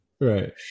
Right